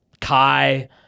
Kai